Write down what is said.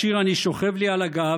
בשיר "אני שוכב לי על הגב"